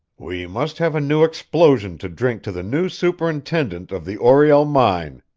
we must have a new explosion to drink to the new superintendent of the oriel mine,